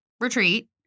Retreat